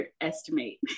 underestimate